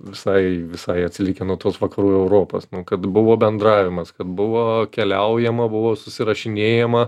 visai visai atsilikę nuo tos vakarų europos nu kad buvo bendravimas kad buvo keliaujama buvo susirašinėjama